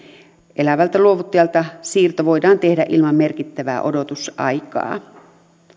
elävältä luovuttajalta siirto voidaan tehdä ilman merkittävää odotusaikaa